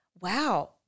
wow